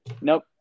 Nope